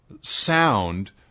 sound